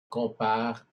compare